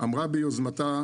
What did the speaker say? אמרה לי ביוזמתה,